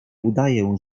udaję